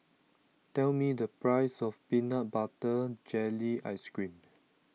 tell me the price of Peanut Butter Jelly Ice Cream